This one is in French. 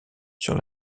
sur